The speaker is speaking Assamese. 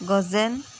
গজেন